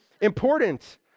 important